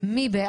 גבי לסקי,